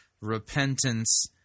repentance